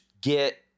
get